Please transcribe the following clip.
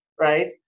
right